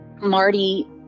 Marty